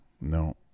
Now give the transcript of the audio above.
No